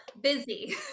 Busy